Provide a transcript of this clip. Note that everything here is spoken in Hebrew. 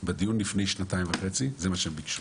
בדיון לפני שנתיים וחצי זה מה שהם ביקשו.